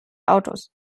autos